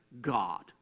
God